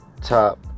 top